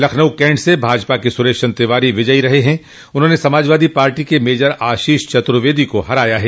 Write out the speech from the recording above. Lucknow Cantt से भाजपा के सुरेश चन्द्र तिवारी विजयी रहे हैं उन्होंने सपा के मेजर आशीष चतुर्वेदी को हराया है